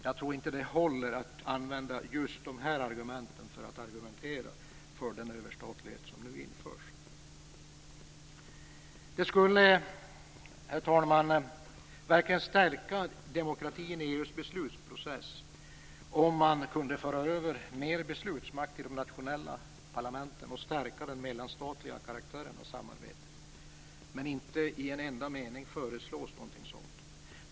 Jag tror inte att det håller att använda just de argumenten för att argumentera för den överstatlighet som nu införs. Herr talman! Det skulle verkligen stärka demokratin i EU:s beslutsprocess om det gick att föra över mer beslutsmakt till de nationella parlamenten och stärka samarbetets mellanstatliga karaktär. Inte i en enda mening föreslås dock någonting sådant.